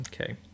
Okay